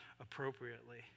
appropriately